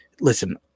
listen